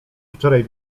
wczoraj